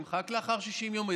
נמחק לאחר 60 יום.